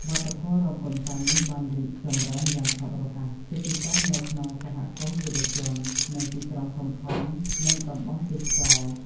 វប្បធម៌រាំកម្សាន្តនេះបានរីកចម្រើនយ៉ាងឆាប់រហ័ស ជាពិសេសនៅក្នុងសហគមន៍យុវជន ទីក្រុងធំៗ និងតំបន់ទេសចរណ៍។